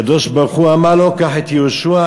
והקדוש-ברוך-הוא אמר לו: קח את יהושע,